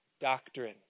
doctrine